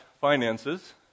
finances